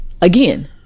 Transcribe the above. again